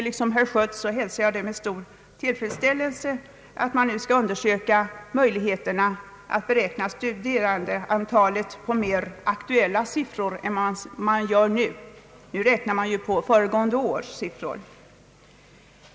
Liksom herr Schött hälsar jag med stor tillfredsställelse att man nu skall undersöka möjligheterna att beräkna studerandeantalet på grundval av mer aktuella siffror än man gör nu. Nu räknar man på föregående års siffra.